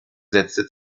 sätze